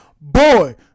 Boy